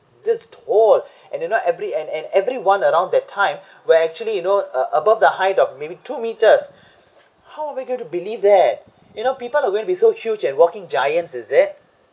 this tall and you know every and and everyone around that time were actually you know uh above the height of maybe two meters how are we going to believe that you know people are going to be so huge and walking giants is it